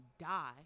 die